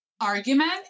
argument